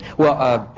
well ah.